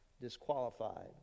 disqualified